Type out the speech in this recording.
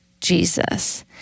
Jesus